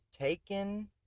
taken